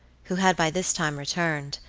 who had by this time returned,